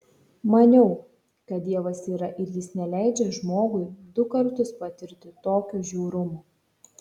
maniau kad dievas yra ir jis neleidžia žmogui du kartus patirti tokio žiaurumo